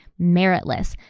meritless